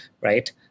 right